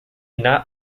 not